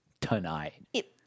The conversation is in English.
tonight